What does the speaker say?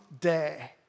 day